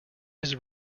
his